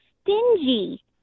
stingy